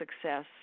success